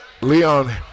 Leon